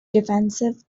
defensive